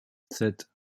sept